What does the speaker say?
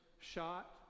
shot